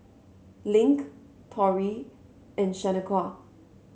Link Torrey and Shanequa